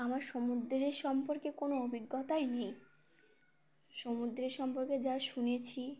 আমার সমুদ্রের সম্পর্কে কোনো অভিজ্ঞতাই নেই সমুদ্রের সম্পর্কে যা শুনেছি